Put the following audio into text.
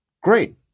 great